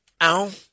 Ow